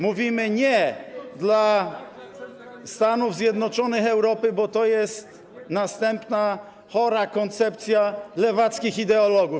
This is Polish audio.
Mówimy: nie dla Stanów Zjednoczonych Europy, bo to jest następna chora koncepcja lewackich ideologów.